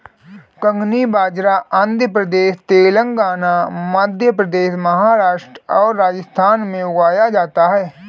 कंगनी बाजरा आंध्र प्रदेश, तेलंगाना, मध्य प्रदेश, महाराष्ट्र और राजस्थान में उगाया जाता है